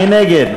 מי נגד?